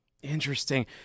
Interesting